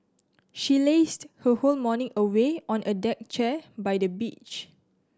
she lazed her whole morning away on a deck chair by the beach